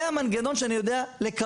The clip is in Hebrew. זה המנגנון שאני יודע לקבע.